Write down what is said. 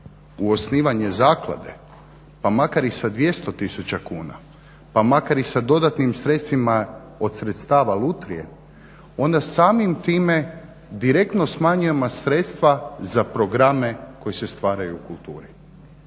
u osnivanje zaklade pa makar i sa 200 000 kuna, pa makar i sa dodatnim sredstvima od sredstava lutrije, onda samim time direktno smanjujemo sredstva za programe koji se stvaraju u kulturi.